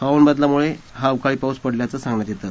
हवामान बदलामुळे हा अवकाळी पाऊस पडल्याचं सांगण्यात येतं